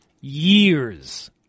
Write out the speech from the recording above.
years